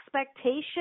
expectation